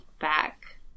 back